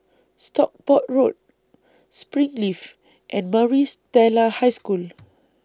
Stockport Road Springleaf and Maris Stella High School